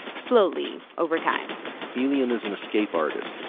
slowly over time helium is an escape artist.